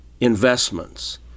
investments